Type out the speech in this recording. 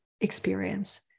experience